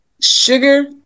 sugar